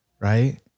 Right